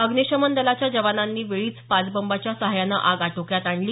अग्निशमन दलाच्या जवानांनी वेळीच पाच बंबाच्या सहाय्यानं आग आटोक्यात आणली